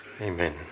Amen